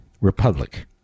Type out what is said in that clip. republic